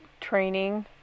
training